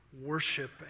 worship